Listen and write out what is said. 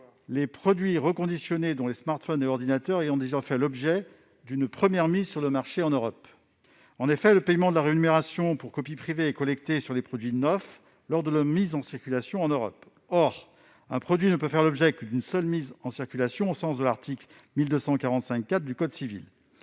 des produits reconditionnés, dont les smartphones et ordinateurs, ayant déjà fait l'objet d'une première mise sur le marché en Europe. En effet, la rémunération pour copie privée est acquittée sur les produits neufs lors de leur mise en circulation en Europe. Or un produit ne peut faire l'objet que d'une seule mise en circulation au sens de l'article 1245-4 du code civil.